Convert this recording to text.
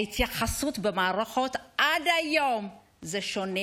ההתייחסות במערכות עד היום היא שונה.